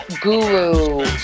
Guru